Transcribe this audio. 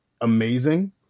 amazing